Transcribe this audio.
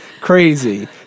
crazy